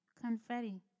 Confetti